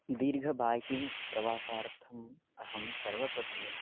दीर्घ बाय्किङ्ग् प्रवासार्थम् अहं सर्वप्रथमम्